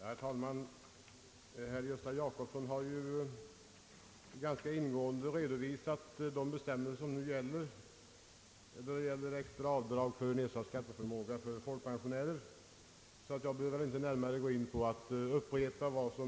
Herr talman! Herr Gösta Jacobsson har ju ganska ingående redovisat de bestämmelser som gäller för folkpensionärers rätt till avdrag för nedsatt skatteförmåga, och jag behöver därför inte upprepa den redovisning som här har gjorts.